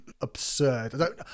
absurd